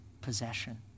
possession